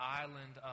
island